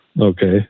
Okay